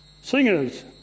singers